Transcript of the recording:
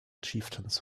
chieftains